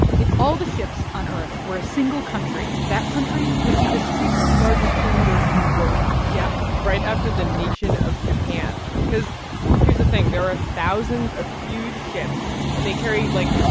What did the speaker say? if all the ships on earth were a single country, that country would be the sixth-largest polluter in the world yeah, right after the nation of japan, cause here's the thing. there are thousands of huge ships, and they carry, like,